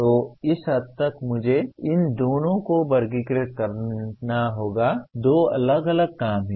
तो इस हद तक मुझे इन दोनों को वर्गीकृत करना होगा दो अलग अलग काम हैं